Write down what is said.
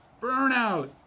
Burnout